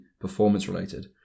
performance-related